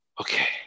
Okay